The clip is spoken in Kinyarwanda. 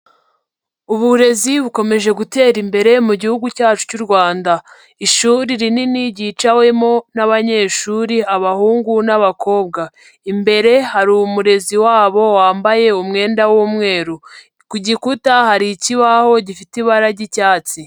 Uburezi bukomeje gutera imbere mu gihugu cyacu cy'u Rwanda, ishuri rinini ryicawemo n'abanyeshuri abahungu n'abakobwa, imbere hari umurezi wabo wambaye umwenda w'umweru, ku gikuta hari ikibaho gifite ibara ry'icyatsi.